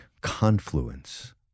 confluence